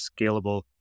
scalable